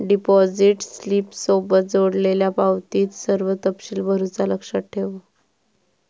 deposit स्लिपसोबत जोडलेल्यो पावतीत सर्व तपशील भरुचा लक्षात ठेवा